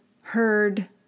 heard